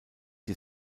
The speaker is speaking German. die